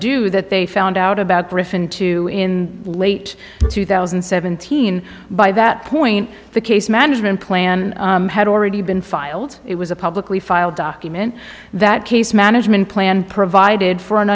do that they found out about griffin two in late two thousand and seventeen by that point the case management plan had already been filed it was a publicly filed document that case management plan provided for an